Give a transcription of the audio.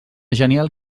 genial